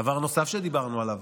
דבר נוסף שדיברנו עליו,